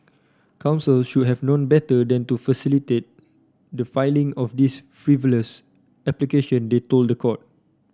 counsel should have known better than to facilitate the filing of this frivolous application they told the court